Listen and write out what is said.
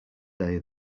day